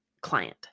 client